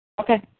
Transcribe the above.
Okay